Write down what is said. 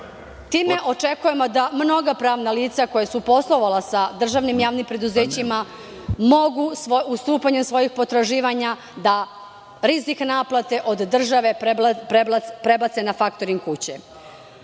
očekujemo da mnoga pravna lica koja su poslovala sa državnim javnim preduzećima mogu ustupanjem svojih potraživanja da rizik naplate od države prebace na faktoring